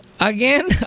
Again